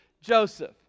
Joseph